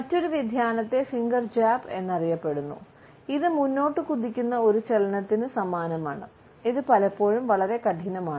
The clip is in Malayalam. മറ്റൊരു വ്യതിയാനത്തെ ഫിംഗർ ജാബ് എന്നറിയപ്പെടുന്നു ഇത് മുന്നോട്ട് കുതിക്കുന്ന ഒരു ചലനത്തിനു സമാനമാണ് ഇത് പലപ്പോഴും വളരെ കഠിനമാണ്